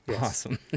Awesome